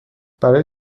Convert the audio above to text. برای